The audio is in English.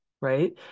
right